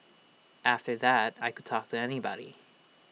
after that I could talk to anybody